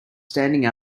standing